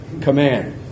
command